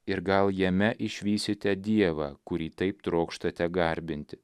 ir gal jame išvysite dievą kurį taip trokštate garbinti